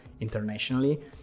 internationally